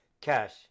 cash